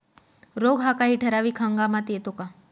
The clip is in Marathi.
रोग हा काही ठराविक हंगामात येतो का?